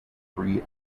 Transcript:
three